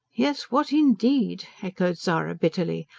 yes, what indeed! echoed zara bitterly.